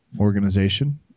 organization